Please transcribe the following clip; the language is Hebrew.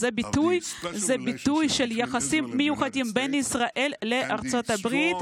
זה ביטוי של היחסים המיוחדים בין ישראל לארצות הברית